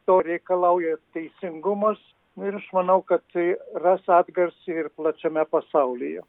to reikalauja teisingumas ir aš manau kad tai ras atgarsį ir plačiame pasaulyje